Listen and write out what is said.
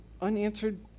unanswered